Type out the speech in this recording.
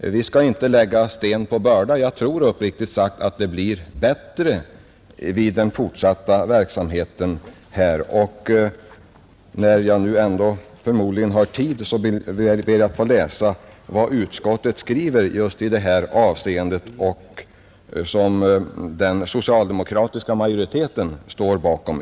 Vi skall inte lägga sten på börda. Jag tror uppriktigt sagt att det blir bättre vid den fortsatta verksamheten på detta område. När jag nu ändå har tid ber jag att få läsa upp vad utskottet skriver i just det här avseendet, en skrivning som den socialdemokratiska majoriteten står bakom.